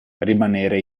rimanere